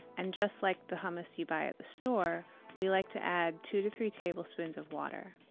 and just like the hummus you buy at the store we like to add two to three tablespoons of water.